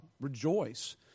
rejoice